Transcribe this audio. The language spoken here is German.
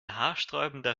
haarsträubender